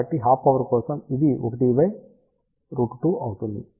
కాబట్టి half power కోసం ఇది 1√2 అవుతుంది